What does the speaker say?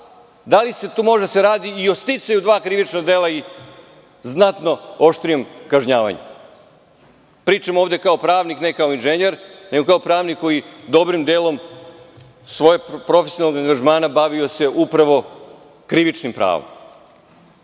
da li se tu onda radi i o sticaju dva krivična dela i znatno oštrijem kažnjavanju? Pričam ovde kao pravnik, ne kao inženjer, nego kao pravnik koji se dobrim delom svog profesionalnog angažmana bavio upravo krivičnim pravom.U